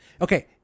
Okay